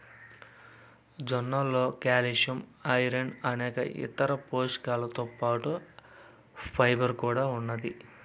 జొన్నలలో calcium, iron అనేక ఇతర పోషకాలతో పాటు ఫైబర్ కూడా ఉంటాది